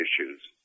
issues